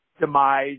demise